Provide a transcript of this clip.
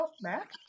Mac